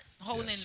holding